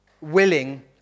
willing